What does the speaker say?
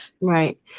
Right